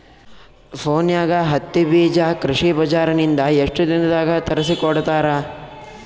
ಫೋನ್ಯಾಗ ಹತ್ತಿ ಬೀಜಾ ಕೃಷಿ ಬಜಾರ ನಿಂದ ಎಷ್ಟ ದಿನದಾಗ ತರಸಿಕೋಡತಾರ?